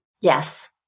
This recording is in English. Yes